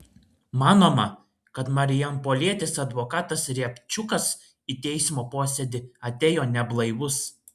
manoma kad marijampolietis advokatas riabčiukas į teismo posėdį atėjo neblaivus